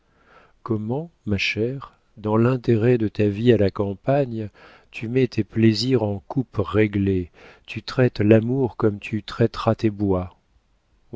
comment ma chère dans l'intérêt de ta vie à la campagne tu mets tes plaisirs en coupes réglées tu traites l'amour comme tu traiteras tes bois